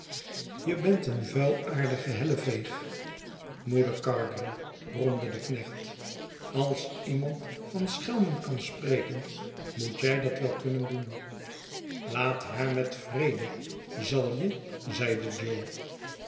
je bent eene vuilaardige helleveeg moeder gargery bromde de knecht als iemand van schelmen kan spreken moet jij dat wel kunnen doen laat haar met vrede zal je zeide jo